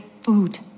food